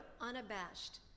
unabashed